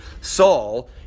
Saul